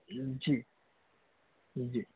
جی جی